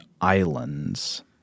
islands –